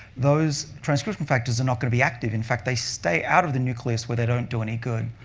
those transcription factors are not going to be active. in fact, they stay out of the nucleus where they don't do any good.